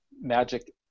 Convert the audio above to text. magic